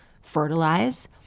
fertilize